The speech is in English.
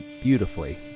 beautifully